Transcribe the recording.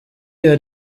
iyo